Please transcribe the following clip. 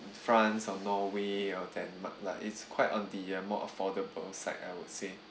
france or norway or denmark lah it's quite on the uh more affordable side I would say